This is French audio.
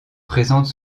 présente